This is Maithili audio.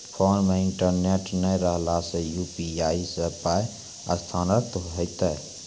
फोन मे इंटरनेट नै रहला सॅ, यु.पी.आई सॅ पाय स्थानांतरण हेतै?